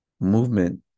movement